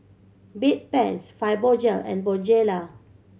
Bedpans Fibogel and Bonjela